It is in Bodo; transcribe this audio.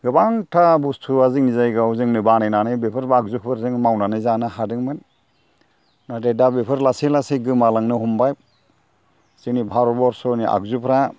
गोबांथा बुस्तुआ जोंनि जायगायाव जोंनो बानायनानै बेफोर आगजुफोरजों मावनानै जानो हादोंमोन नाथाय दा बेफोर लासै लासै गोमालांनो हमबाय जोंनि भारत बरस'नि आगजुफोरा